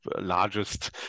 largest